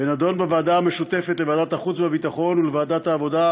ונדון בוועדה משותפת לוועדת החוץ והביטחון ולוועדת העבודה,